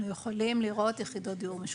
אנחנו יכולים לראות יחידות דיור משווקות.